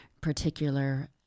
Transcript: particular